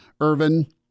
Irvin